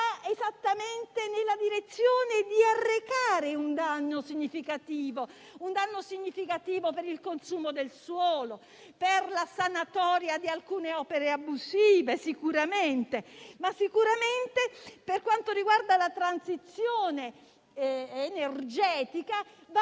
esattamente nella direzione di arrecare un danno significativo: per il consumo del suolo, per la sanatoria di alcune opere abusive e sicuramente, anche per quanto riguarda la transizione energetica, va